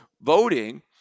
Voting